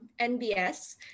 NBS